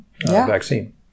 vaccine